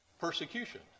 persecution